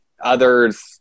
others